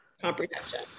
comprehension